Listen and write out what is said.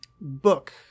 Book